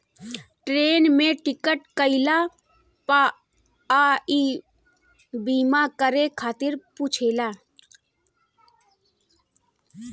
train में ticket कईला पअ इ बीमा करे खातिर पुछेला